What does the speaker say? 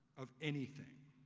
of anything,